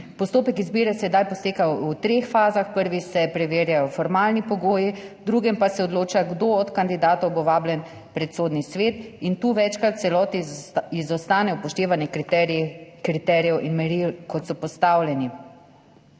Postopek izbire sedaj poteka v treh fazah, v prvi se preverjajo formalni pogoji, v drugi pa se odloča, kdo od kandidatov bo vabljen pred Sodni svet, in tu večkrat v celoti izostane upoštevanje kriterijev in meril, kot so postavljeni.